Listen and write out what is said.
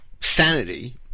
sanity